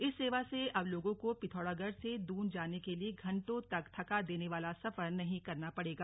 इस सेवा से अब लोगों को पिथौरागढ़ से दून जाने के लिए घंटो तक थका देने वाला सफर नहीं करना पड़ेगा